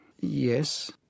Yes